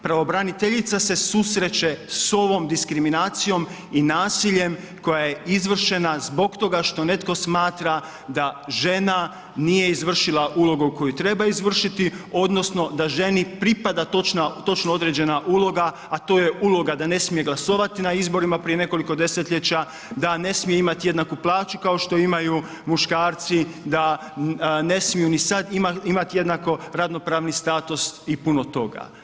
Pravobraniteljica se susreće s ovom diskriminacijom i nasiljem koja je izvršena zbog toga što netko smatra da žena nije izvršila ulogu koju izvršiti odnosno da ženi pripada točno određena uloga, a to je uloga da ne smije glasovati na izborima prije nekoliko desetljeća, da ne smije imati jednaku plaću kao što imaju muškarci, da ne smiju ni sad imati jednako radno-pravni status i puno toga.